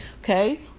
Okay